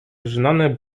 rzynane